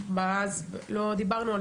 אבל בגלל אותה